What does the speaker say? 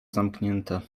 zamknięte